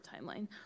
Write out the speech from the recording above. timeline